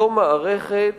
זו מערכת